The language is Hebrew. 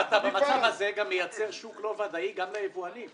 אתה במצב הזה מייצר שוק לא ודאי גם ליבואנים,